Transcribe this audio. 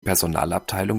personalabteilung